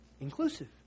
inclusive